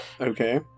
Okay